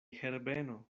herbeno